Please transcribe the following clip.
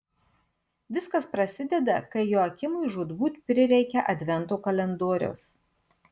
viskas prasideda kai joakimui žūtbūt prireikia advento kalendoriaus